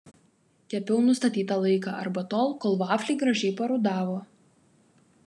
kepiau nustatytą laiką arba tol kol vafliai gražiai parudavo